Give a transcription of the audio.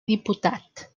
diputat